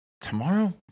Tomorrow